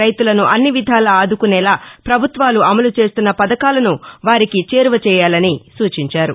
రైతులను అన్ని విధాలా ఆదుకునేలా ప్రభుత్వాలు అమలు చేస్తున్న పథకాలను వారికి చేరువ చేయాలని సూచించారు